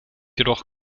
jedoch